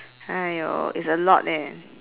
!aiyo! it's a lot eh